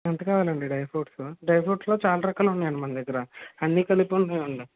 ఎంత కావాలి అండి డ్రై ఫ్రూట్సు డ్రై ఫ్రూట్లో చాలా రకాలు ఉన్నాయి అండి మన దగ్గర అన్ని కలిపి ఉన్నాయి అండి